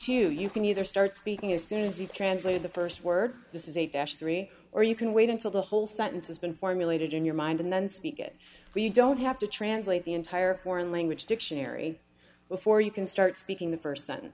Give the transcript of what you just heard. you you can either start speaking as soon as you translate the st word this is a dash three or you can wait until the whole sentence has been formulated in your mind and then speak it we don't have to translate the entire foreign language dictionary before you can start speaking the